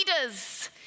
leaders